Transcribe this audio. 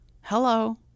hello